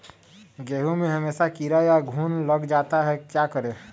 गेंहू में हमेसा कीड़ा या घुन लग जाता है क्या करें?